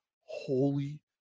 holy